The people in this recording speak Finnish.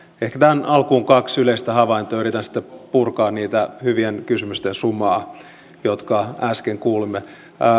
ehkä tähän alkuun kaksi yleistä havaintoa yritän sitten purkaa sitä hyvien kysymysten sumaa jonka äsken kuulimme